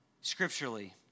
scripturally